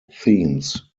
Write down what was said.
themes